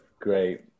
great